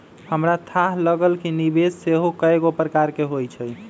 हमरा थाह लागल कि निवेश सेहो कएगो प्रकार के होइ छइ